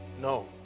No